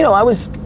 so i was,